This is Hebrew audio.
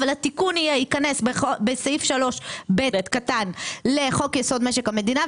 אבל התיקון ייכנס בסעיף 3(ב) לחוק-יסוד: משק המדינה,